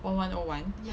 one one o one